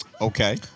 Okay